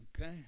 Okay